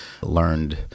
learned